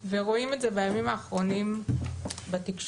ורואים את זה בימים האחרונים בתקשורת.